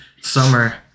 summer